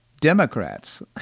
democrats